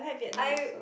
I